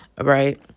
right